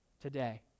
today